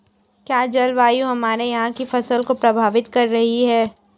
क्या जलवायु हमारे यहाँ की फसल को प्रभावित कर रही है?